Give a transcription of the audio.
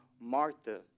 Martha